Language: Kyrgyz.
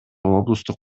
облустук